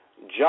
John